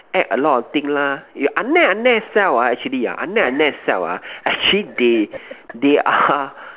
add a lot of thing lah you an leh an leh sell ah actually yeah an leh an leh sell ah actually they they are